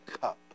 cup